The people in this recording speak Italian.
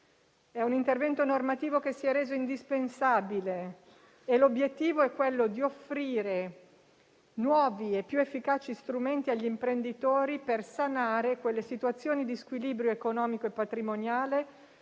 È un intervento normativo indispensabile e l'obiettivo è quello di offrire nuovi e più efficaci strumenti agli imprenditori per sanare quelle situazioni di squilibrio economico e patrimoniale